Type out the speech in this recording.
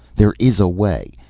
there is a way,